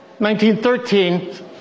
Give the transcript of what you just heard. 1913